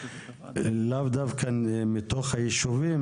לאו דווקא מתוך הישובים,